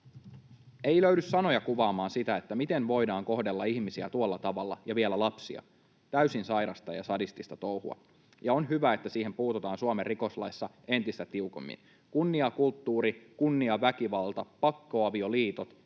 Ei löydy sanoja kuvaamaan sitä, miten voidaan kohdella ihmisiä tuolla tavalla — ja vielä lapsia. Täysin sairasta ja sadistista touhua, ja on hyvä, että siihen puututaan Suomen rikoslaissa entistä tiukemmin. Kunniakulttuuri, kunniaväkivalta, pakkoavioliitot